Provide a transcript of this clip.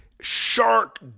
shark